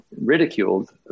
ridiculed